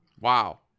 Wow